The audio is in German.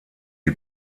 die